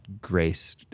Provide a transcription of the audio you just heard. grace